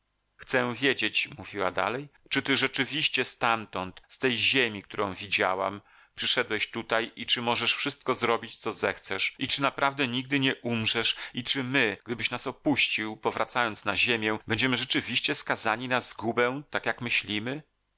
chcę wiedzieć mówiła dalej czy ty rzeczywiście stamtąd z tej ziemi którą widziałam przyszedłeś tutaj i czy możesz wszystko zrobić co zechcesz i czy naprawdę nigdy nie umrzesz i czy my gdybyś nas opuścił powracając na ziemię będziemy rzeczywiście skazani na zgubę tak jak myślimy